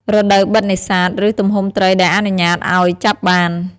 រដូវបិទនេសាទ ឬទំហំត្រីដែលអនុញ្ញាតឲ្យចាប់បាន។